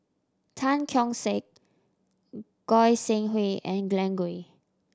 Tan Keong Saik Goi Seng Hui and Glen Goei